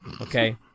okay